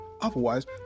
otherwise